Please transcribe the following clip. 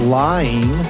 lying